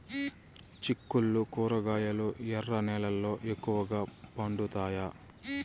చిక్కుళ్లు కూరగాయలు ఎర్ర నేలల్లో ఎక్కువగా పండుతాయా